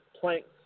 planks